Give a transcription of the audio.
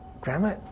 Grandma